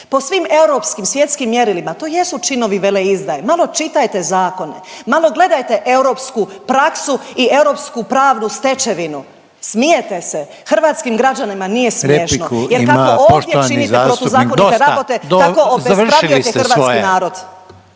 po svim europskim i svjetskim mjerilima to jesu činovi veleizdaje, malo čitajte zakone, malo gledajte europsku praksu i europsku pravnu stečevinu. Smijete se, hrvatskim građanima nije smiješno. …/Upadica Reiner: Repliku ima poštovani zastupnik…/… …jer kako ovdje